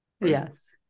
Yes